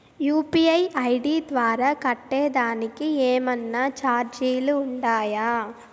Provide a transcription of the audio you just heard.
UPI ID ద్వారా కట్టేదానికి ఏమన్నా చార్జీలు ఉండాయా?